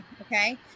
okay